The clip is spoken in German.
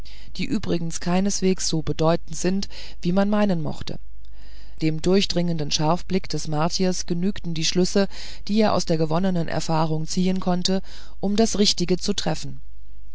die übrigens keineswegs so bedeutend sind wie man meinen mochte dem durchdringenden scharfblick des martiers genügten die schlüsse die er aus der gewonnenen erfahrung ziehen konnte um das richtige zu treffen